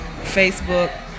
Facebook